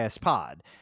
pod